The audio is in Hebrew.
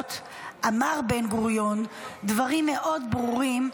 הרשויות אמר בן-גוריון דברים מאוד ברורים,